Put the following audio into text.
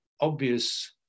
obvious